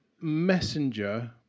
messenger